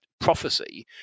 prophecy